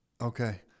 Okay